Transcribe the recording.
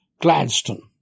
Gladstone